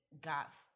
got